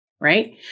right